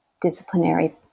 disciplinary